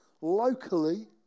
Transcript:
locally